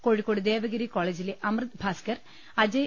കോഴിക്കോട് ദേവഗിരി കോളേജിലെ അമൃത് ഭാസ്കർ അജയ്